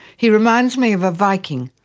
he reminds me of a viking,